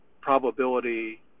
probability